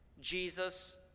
Jesus